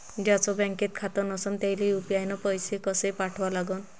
ज्याचं बँकेत खातं नसणं त्याईले यू.पी.आय न पैसे कसे पाठवा लागन?